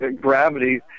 gravity